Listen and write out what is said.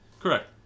Correct